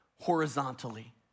horizontally